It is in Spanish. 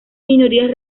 minorías